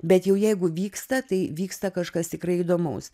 bet jau jeigu vyksta tai vyksta kažkas tikrai įdomaus